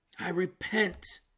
i repent